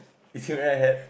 is it a red hat